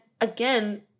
again